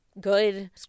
good